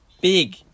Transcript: big